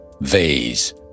vase